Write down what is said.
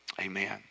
amen